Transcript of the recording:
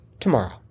tomorrow